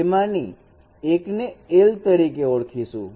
તેમાંની એક ને l તરીકે ઓળખીશું